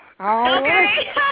Okay